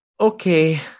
okay